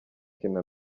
kina